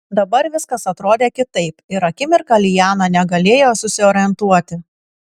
dabar viskas atrodė kitaip ir akimirką liana negalėjo susiorientuoti